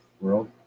world